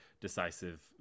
decisive